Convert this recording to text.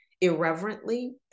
irreverently